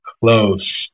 close